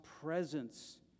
presence